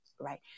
Right